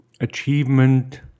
achievement